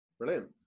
brilliant